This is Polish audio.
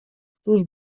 któż